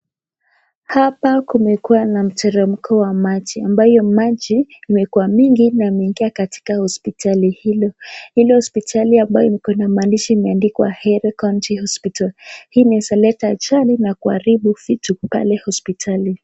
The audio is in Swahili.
Hapa kumekuwa na mteremko wa maji ambayo maji imekuwa mingi na imeingia katika hospitali hilo. Hilo hospitali ambalo limekuwa na maandishi imeandikwa Ahero County Hospital . Hii imeweza leta ajali na kuharibu vitu pale hospitali.